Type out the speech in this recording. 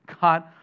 God